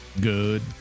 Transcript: Good